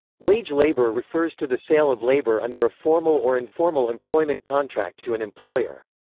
wage labour refers to the sale of labour under a formal or informal employment contract to an employer.